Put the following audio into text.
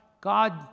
God